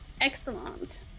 Excellent